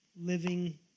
living